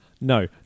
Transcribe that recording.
No